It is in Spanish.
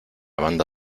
banda